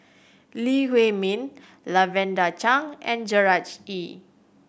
Lee Huei Min Lavender Chang and Gerard Ee